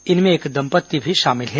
इनमें एक दंपत्ति भी शामिल हैं